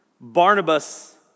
Barnabas